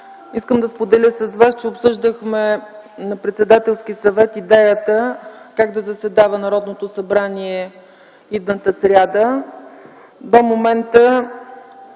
Искам да споделя с вас, че обсъждахме на Председателски съвет идеята как да заседава Народното събрание идната сряда. До момента,